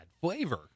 flavor